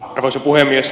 arvoisa puhemies